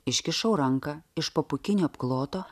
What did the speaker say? iškišau ranką iš po pūkinio apkloto